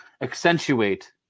accentuate